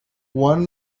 one